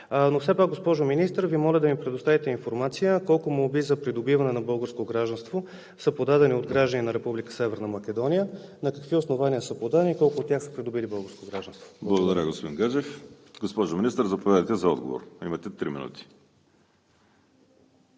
но все пак, госпожо Министър, Ви моля да ми предоставите информация: колко молби за придобиване на българско гражданство са подадени от граждани на Република Северна Македония, на какви основания са подадени и колко от тях са придобили българско гражданство? ПРЕДСЕДАТЕЛ ВАЛЕРИ СИМЕОНОВ: Благодаря, господин Гаджев. Госпожо Министър, заповядайте за отговор. Имате три минути.